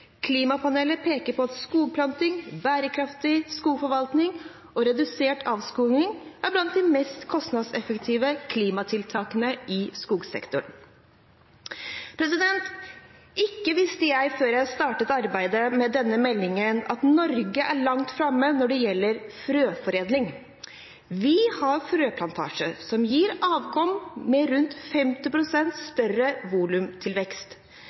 Klimapanelet peker på at skogplanting, bærekraftig skogforvaltning og redusert avskoging er blant de mest kostnadseffektive klimatiltakene i skogsektoren. Ikke visste jeg før jeg startet arbeidet med denne meldingen, at Norge er langt framme når det gjelder frøforedling. Vi har frøplantasjer som gir avkom med rundt 50 pst. større volumtilvekst.